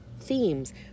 themes